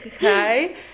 hi